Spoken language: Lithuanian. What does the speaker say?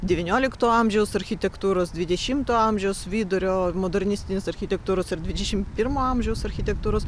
devyniolikto amžiaus architektūros dvidešimto amžiaus vidurio modernistinės architektūros ir dvidešimt pirmo amžiaus architektūros